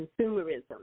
consumerism